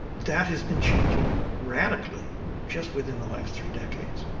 that has been changing radically just within the last three decades.